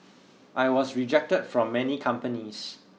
I was rejected from many companies